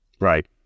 Right